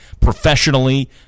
professionally